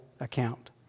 account